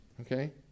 okay